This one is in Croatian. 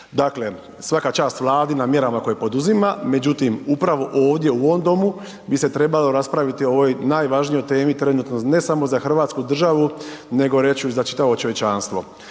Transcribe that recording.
Dakle, svaka čast Vladi na mjerama koje poduzima, međutim upravo ovdje u ovom domu bi se trebalo raspraviti o ovoj najvažnijoj temi trenutno ne samo za hrvatsku državu nego reći ću i za čitavo čovječanstvo.